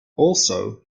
also